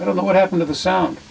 i don't know what happened to the sou